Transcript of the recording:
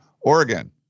Oregon